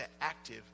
active